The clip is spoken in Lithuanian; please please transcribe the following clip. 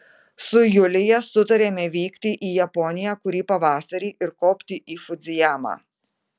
su julija sutarėme vykti į japoniją kurį pavasarį ir kopti į fudzijamą